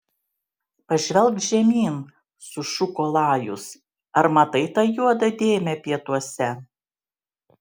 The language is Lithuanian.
pažvelk žemyn sušuko lajus ar matai tą juodą dėmę pietuose